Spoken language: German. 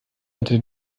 unter